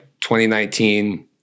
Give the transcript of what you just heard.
2019